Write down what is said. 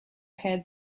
had